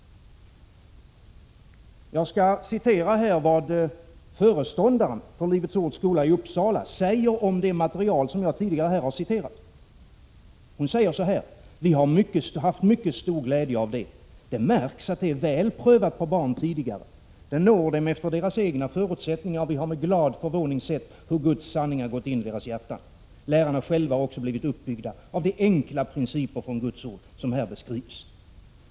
Jag skall här citera vad föreståndaren för Livets ords skola i Uppsala säger om det material som jag tidigare här har citerat: ”Vi har haft mycket stor glädje av det. Det märks att det är väl prövat på barn tidigare. Det når dem efter deras egna förutsättningar, och vi har med glad förvåning sett hur Guds sanningar gått in i deras hjärtan. Lärarna själva har också blivit uppbyggda av de enkla principer från Guds ord som här beskrivs.